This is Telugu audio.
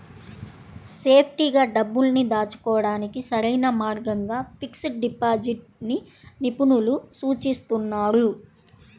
సేఫ్టీగా డబ్బుల్ని దాచుకోడానికి సరైన మార్గంగా ఫిక్స్డ్ డిపాజిట్ ని నిపుణులు సూచిస్తున్నారు